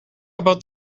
about